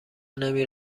نمی